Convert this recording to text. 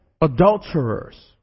adulterers